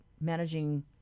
managing